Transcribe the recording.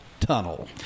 Tunnel